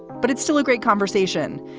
but it's still a great conversation.